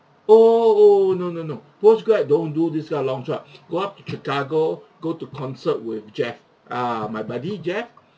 oh oh no no no postgrad don't do this kind of long drive go up chicago go to concert with jeff ah my buddy jeff